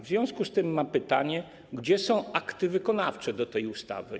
W związku z tym mam pytanie, gdzie są akty wykonawcze do tej ustawy.